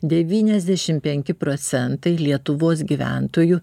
devyniasdešim penki procentai lietuvos gyventojų